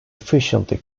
efficiently